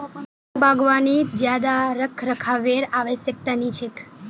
वन बागवानीत ज्यादा रखरखावेर आवश्यकता नी छेक